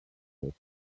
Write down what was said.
est